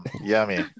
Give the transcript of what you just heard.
Yummy